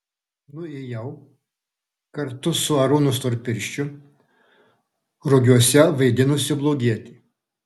nuėjau kartu su arūnu storpirščiu rugiuose vaidinusiu blogietį